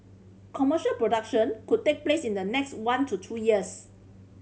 commercial production could take place in the next one to two years